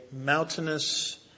mountainous